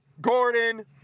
Gordon